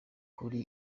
kuri